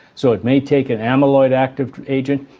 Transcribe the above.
so it may take an amyloid active agent,